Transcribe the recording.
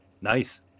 Nice